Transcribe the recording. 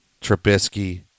Trubisky